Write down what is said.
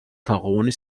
თაღოვანი